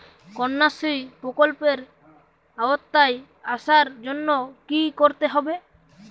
কন্যাশ্রী প্রকল্পের আওতায় আসার জন্য কী করতে হবে?